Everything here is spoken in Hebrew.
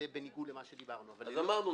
זה בניגוד למה שדיברנו --- אז אמרנו,